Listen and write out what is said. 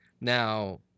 Now